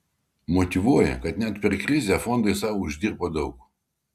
motyvuoja kad net per krizę fondai sau uždirbo daug